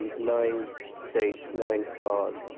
knowing dates, knowing stars.